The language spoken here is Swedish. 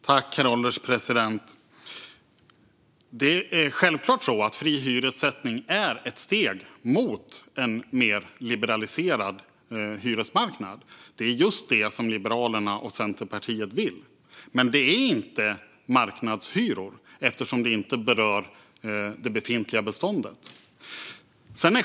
Herr ålderspresident! Fri hyressättning är självklart ett steg på väg mot en mer liberaliserad hyresmarknad. Det är just det Liberalerna och Centerpartiet vill. Men det är inte marknadshyror eftersom det inte berör det befintliga beståndet.